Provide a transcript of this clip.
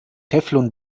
teflon